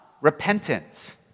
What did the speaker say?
repentance